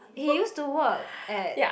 he used to work at